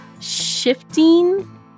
shifting